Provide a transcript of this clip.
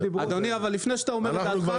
אבל לפני שאתה אומר את דעתך,